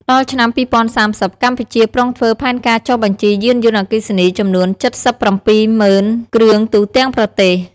ដល់ឆ្នាំ ២០៣០ កម្ពុជាប្រុងធ្វើផែនការចុះបញ្ជីយានយន្តអគ្គិសនីចំនួន ៧៧០,០០០គ្រឿងទូទាំងប្រទេស។